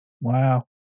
Wow